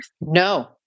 No